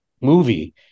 movie